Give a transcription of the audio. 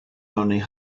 only